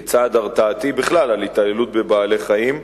כצעד הרתעתי, בכלל על התעללות בבעלי-חיים,